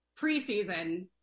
preseason –